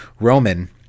Roman